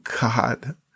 God